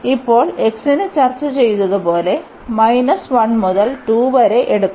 ഇപ്പോൾ x ന് ചർച്ച ചെയ്തതുപോലെ 1 മുതൽ 2 വരെ എടുക്കും